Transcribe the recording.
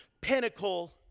pinnacle